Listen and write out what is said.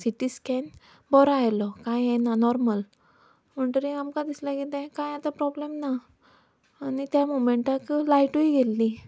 C T scan बरो आयलो कांय हें ना नोर्मल म्हणटरी आमकां दिसलें की तें कांय आतां प्रोब्लम ना आनी त्या मोमंटाक लायटूय गेल्ली